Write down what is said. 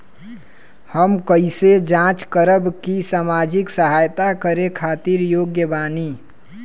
हम कइसे जांच करब की सामाजिक सहायता करे खातिर योग्य बानी?